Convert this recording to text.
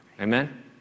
Amen